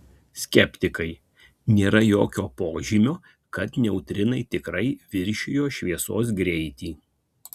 skeptikai nėra jokio požymio kad neutrinai tikrai viršijo šviesos greitį